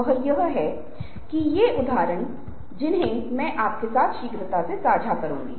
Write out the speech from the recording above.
प्रभावी आवाज़ सुखद संतुलित आराम स्पष्ट अभिव्यंजक होती है